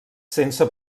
sense